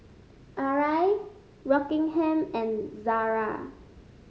Arai Rockingham and Zara